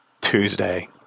Tuesday